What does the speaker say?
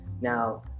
Now